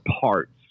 parts